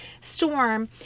Storm